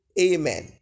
amen